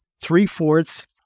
three-fourths